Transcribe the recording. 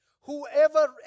Whoever